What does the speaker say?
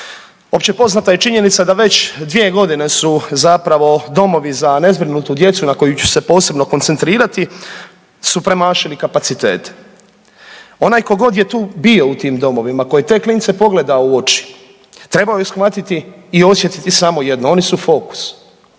Općepoznata je činjenica da već dvije godine su zapravo domovi za nezbrinutu djecu na koju ću se posebno koncentrirati su premašili kapacitete. Onaj ko god je bio u tim domovima, ko je te klince pogledao u oči trebao je shvatiti i osjetiti samo jedno, oni su fokus,